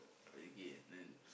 okay then